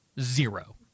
Zero